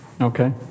Okay